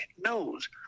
knows